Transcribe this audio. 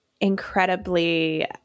incredibly